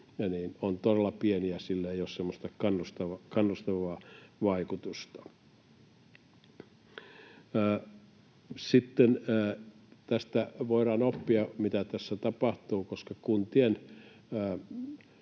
on todella pieni, ja sillä ei ole semmoista kannustavaa vaikutusta. Sitten tästä voidaan oppia, mitä tässä tapahtuu, koska kuntien